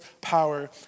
power